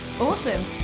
Awesome